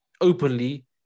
openly